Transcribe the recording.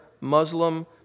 Muslim